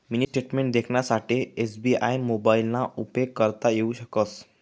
mini statement देखानासाठे SBI मोबाइलना उपेग करता येऊ शकस